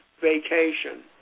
vacation